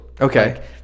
Okay